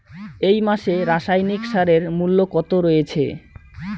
এই মাসে রাসায়নিক সারের মূল্য কত রয়েছে?